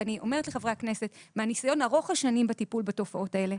ואני אומרת לחברי הכנסת מהניסיון ארוך השנים בטיפול בתופעות האלה,